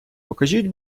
покажіть